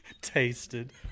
Tasted